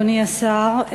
אדוני השר,